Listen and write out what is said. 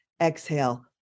exhale